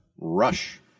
rush